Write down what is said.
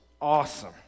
awesome